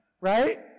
right